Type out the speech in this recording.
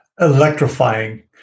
Electrifying